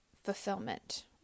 fulfillment